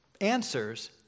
answers